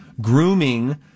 Grooming